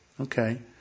Okay